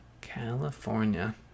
california